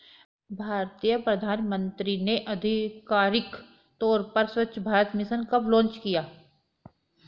भारतीय प्रधानमंत्री ने आधिकारिक तौर पर स्वच्छ भारत मिशन कब लॉन्च किया?